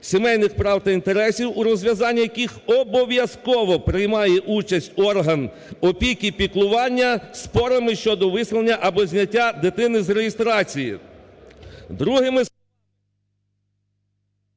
сімейних прав та інтересів, у розв'язанні яких обов'язково приймає участь орган опіки і піклування спорами щодо висловлення або зняття дитини з реєстрації.